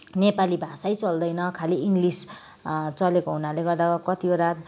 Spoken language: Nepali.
नेपाली भाषै चल्दैन खालि इङ्गलिस चलेको हुनाले गर्दा कतिवटा